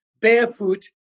barefoot